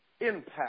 impact